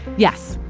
yes,